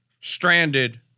stranded